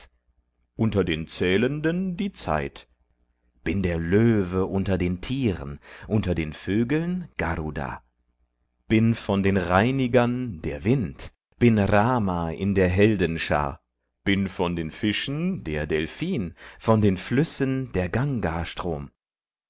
unter den zählenden die zeit bin der löwe unter den tieren unter den vögeln garuda bin von den reinigern der wind bin rma in der helden schar bin von den fischen der delphin von den flüssen der